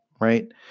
right